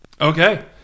okay